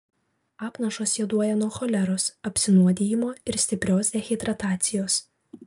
apnašos juoduoja nuo choleros apsinuodijimo ir stiprios dehidratacijos